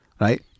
Right